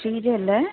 ഷീജ അല്ലെ